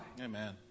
Amen